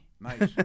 Nice